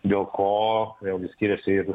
dėl ko vėl gi skiriasi ir